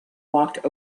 walked